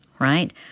Right